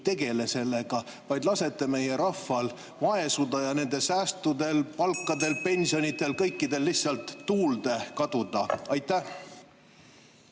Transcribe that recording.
tegele sellega, vaid lasete meie rahval vaesuda ja nende säästudel, palkadel, pensionidel, kõigel lihtsalt tuulde kaduda? Aitäh!